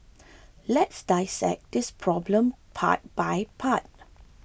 let's dissect this problem part by part